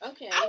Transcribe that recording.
Okay